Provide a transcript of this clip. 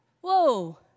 whoa